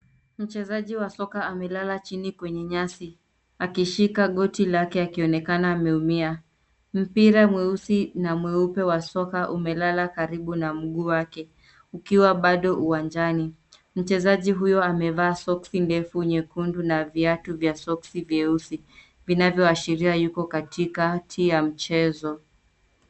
Mchezaji wa soka amelala chini kwenye nyasi akishika goti lake akionekana ameumia. Mpira mweusi na mweupe wa soka umelala karibu na mguu wake ukiwa bado uwanjani. Mchezaji huyo amevaa soksi ndefu nyekundu na viatu vya soksi vieusi vinavyoashiria yuko katikati ya mchezo.